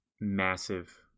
massive